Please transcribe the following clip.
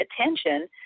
attention